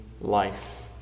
life